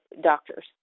doctors